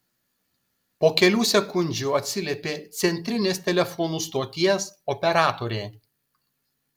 po kelių sekundžių atsiliepė centrinės telefonų stoties operatorė